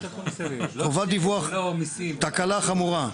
תקלה חמורה.